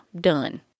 Done